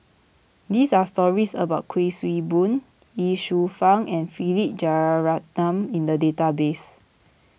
there are stories about Kuik Swee Boon Ye Shufang and Philip Jeyaretnam in the database